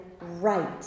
right